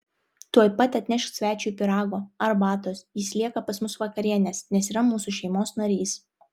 tuoj pat atnešk svečiui pyrago arbatos jis lieka pas mus vakarienės nes yra mūsų šeimos narys